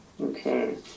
Okay